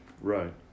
Right